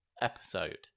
episode